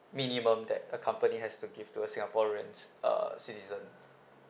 minimum that a company has to give to a singaporeans uh citizen